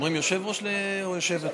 אומרים יושב-ראש או יושבת-ראש?